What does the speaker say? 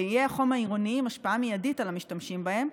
לאיי החום העירוניים השפעה מיידית על המשתמשים בהם,